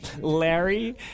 Larry